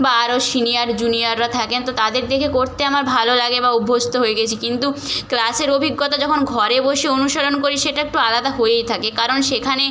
বা আরও সিনিয়র জুনিয়ররা থাকেন তো তাদের দেখে করতে আমার ভালো লাগে বা অভ্যস্ত হয়ে গিয়েছি কিন্তু ক্লাসের অভিজ্ঞতা যখন ঘরে বসে অনুসরণ করি সেটা একটু আলাদা হয়েই থাকে কারণ সেখানে